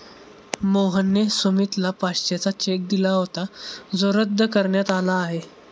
मोहनने सुमितला पाचशेचा चेक दिला होता जो रद्द करण्यात आला आहे